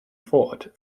fort